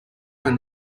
when